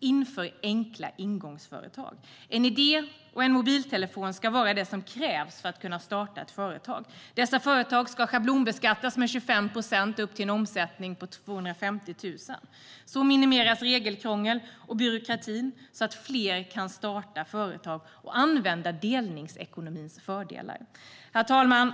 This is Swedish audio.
Inför enkla ingångsföretag! En idé och en mobiltelefon ska vara det som krävs för att starta ett företag. Dessa företag ska schablonbeskattas med 25 procent upp till en omsättning på 250 000 kronor. På så vis minimeras regelkrånglet och byråkratin så att fler kan starta företag och använda delningsekonomins fördelar. Herr talman!